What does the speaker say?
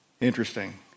Interesting